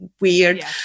weird